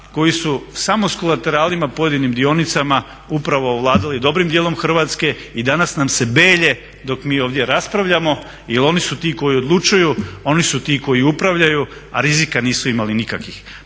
koji su samo s kolateralima pojedinim dionicama upravo ovladali dobrim dijelom Hrvatske i danas nam se belje dok mi ovdje raspravljamo jer oni su ti koji odlučuju, oni su ti koji upravljaju, a rizika nisu imali nikakvih.